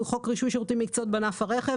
חוק רישוי שירותים במקצועות בענף הרכב,